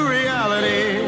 reality